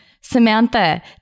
Samantha